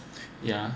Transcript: yeah